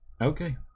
Okay